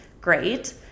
great